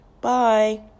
Bye